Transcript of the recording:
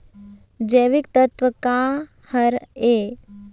जैविकतत्व का हर ए?